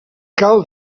cal